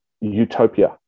utopia